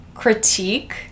critique